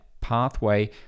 pathway